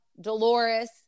Dolores